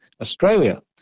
Australia